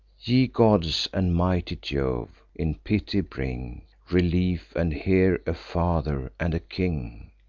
ye gods, and mighty jove, in pity bring relief, and hear a father and a king!